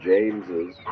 James's